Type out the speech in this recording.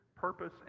purpose